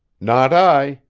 not i,